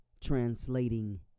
translating